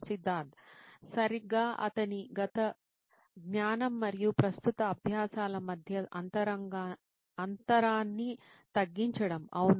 సిద్ధార్థ్ సరిగ్గా అతని గత జ్ఞానం మరియు ప్రస్తుత అభ్యాసాల మధ్య అంతరాన్ని తగ్గించడం అవును